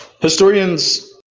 Historians